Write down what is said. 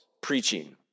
preaching